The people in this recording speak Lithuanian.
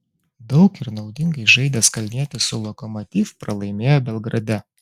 daug ir naudingai žaidęs kalnietis su lokomotiv pralaimėjo belgrade